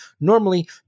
normally